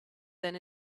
than